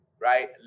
Right